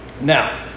Now